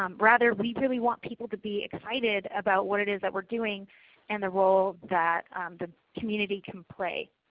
um rather we really want people to be excited about what it is that we are doing and the role that the community can play.